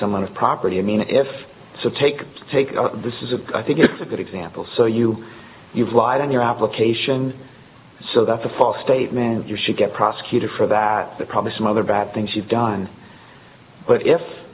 someone of property i mean if so take take this is a i think it's a good example so you you've lied on your application so that's a false statement and you should get prosecuted for that that probably some other bad things you've done but if